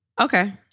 Okay